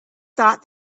thought